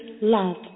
love